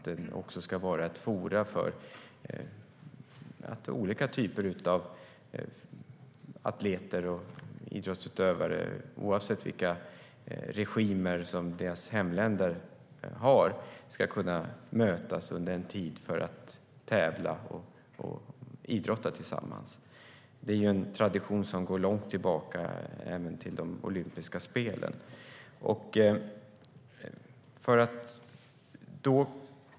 Den ska vara ett forum där olika typer av atleter och idrottsutövare ska kunna mötas under en tid för att tävla och idrotta tillsammans, oavsett vilka regimer deras hemländer har. Det är en tradition som går långt tillbaka och även gäller de olympiska spelen.